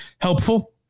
helpful